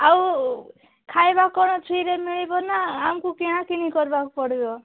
ଆଉ ଖାଇବା କ'ଣ ଫ୍ରିରେ ମିଳିବ ନା କ'ଣ ଆମକୁ କିଣା କିଣି କରିବାକୁ ପଡ଼ିବ